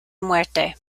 muerte